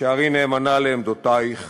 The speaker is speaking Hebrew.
הישארי נאמנה לעמדותייך